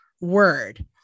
word